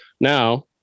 Now